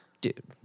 dude